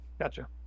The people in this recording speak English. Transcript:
Gotcha